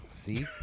See